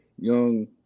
young